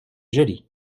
jolie